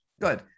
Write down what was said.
Good